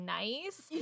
nice